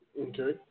Okay